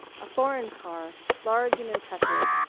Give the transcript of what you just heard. a foreign car, large and impressive,